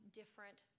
different